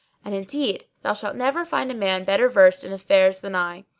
and indeed thou shalt never find a man better versed in affairs than i,